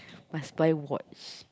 must buy watch